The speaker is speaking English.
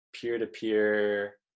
peer-to-peer